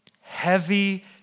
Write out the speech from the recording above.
heavy